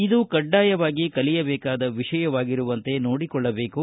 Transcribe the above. ಇದು ಕಡ್ಡಾಯವಾಗಿ ಕಲಿಯಬೇಕಾದ ವಿಷಯವಾಗಿರುವಂತೆ ನೋಡಿಕೊಳ್ಳಬೇಕು